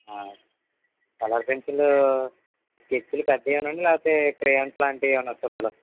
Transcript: colour పెన్సిళ్ళు స్కెచ్లు పెద్దవేనాండి లేకపోతే క్రేయన్స్ లాంటివి ఏమైనా సుద్దలు